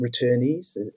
returnees